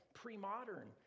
pre-modern